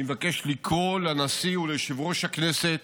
אני מבקש לקרוא לנשיא וליושב-ראש הכנסת